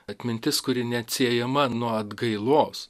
atmintis kuri neatsiejama nuo atgailos